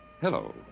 Hello